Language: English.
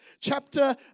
chapter